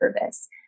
service